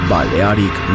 Balearic